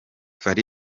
fally